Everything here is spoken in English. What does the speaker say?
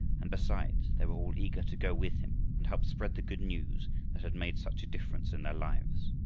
and besides they were all eager to go with him and help spread the good news that had made such a difference in their lives.